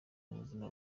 ubuzima